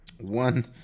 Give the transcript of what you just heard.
one